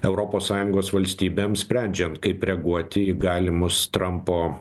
europos sąjungos valstybėms sprendžiant kaip reaguoti į galimus trampo